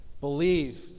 believe